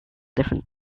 different